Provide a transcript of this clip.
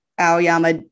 Aoyama